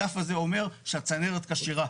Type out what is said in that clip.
הדף הזה אומר שהצנרת כשירה,